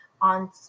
on